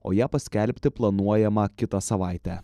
o ją paskelbti planuojama kitą savaitę